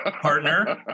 partner